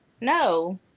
No